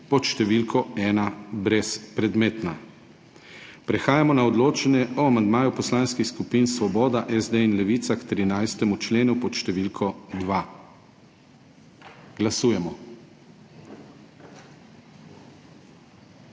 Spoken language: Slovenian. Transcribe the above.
številko 1 brezpredmetna. Prehajamo na odločanje o amandmaju Poslanskih skupin Svoboda, SD in Levica k 13. členu pod številko 2. Glasujemo.